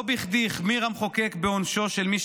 לא בכדי החמיר המחוקק בעונשו של מי